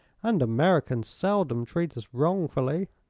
and americans seldom treat us wrongfully.